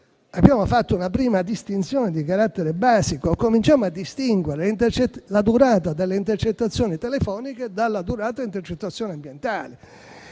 abbiamo fatto una prima distinzione di carattere basico: cominciamo a distinguere la durata delle intercettazioni telefoniche dalla durata dell'intercettazione ambientale